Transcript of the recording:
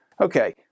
Okay